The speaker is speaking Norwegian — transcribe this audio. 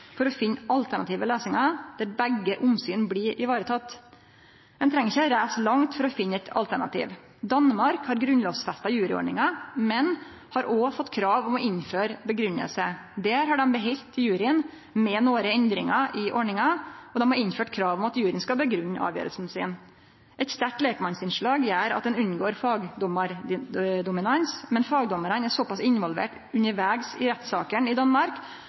for å finne alternative løysingar der begge omsyna blir varetekne. Ein treng ikkje reise langt for å finne eit alternativ. Danmark har grunnlovfesta juryordninga, men har òg fått krav om å innføre grunngjeving. Der har dei beheldt juryen med nokre endringar i ordninga, og dei har innført krav om at juryen skal grunngje avgjerda si. Eit sterkt lekmannsinnslag gjer at ein unngår fagdommardominans, men fagdommarane er såpass involverte undervegs i rettssakene i Danmark